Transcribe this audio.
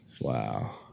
Wow